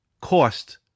cost